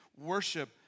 worship